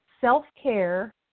Self-care